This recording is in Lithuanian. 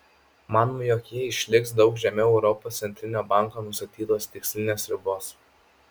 manoma jog ji išliks daug žemiau europos centrinio banko nustatytos tikslinės ribos